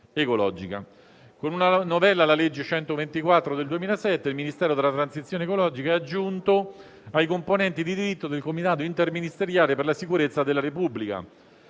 ecologica. Con una novella alla legge n. 124 del 2007, il Ministero della transizione ecologica è aggiunto ai componenti di diritto del Comitato interministeriale per la sicurezza della Repubblica.